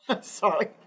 Sorry